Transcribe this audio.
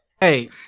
Hey